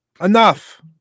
Enough